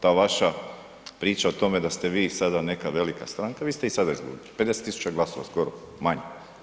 Ta vaša priča o tome da ste vi sada neka velika stranka, vi ste i sada izgubili 50.000 glasova skoro manje.